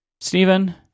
Stephen